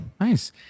Nice